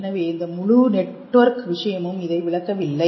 எனவே இந்த முழு நெட்வொர்க் விஷயமும் இதை விளக்க வில்லை